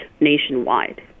nationwide